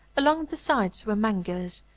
along the sides were mangers,